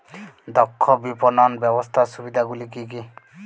দক্ষ বিপণন ব্যবস্থার সুবিধাগুলি কি কি?